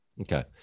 Okay